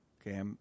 Okay